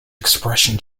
expression